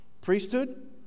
priesthood